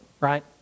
right